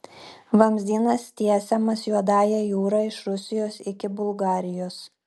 vamzdynas tiesiamas juodąja jūra iš rusijos iki bulgarijos